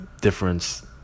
difference